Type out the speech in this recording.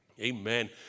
Amen